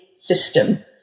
system